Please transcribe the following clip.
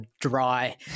dry